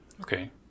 Okay